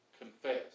confess